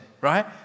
right